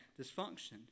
dysfunction